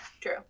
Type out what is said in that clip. True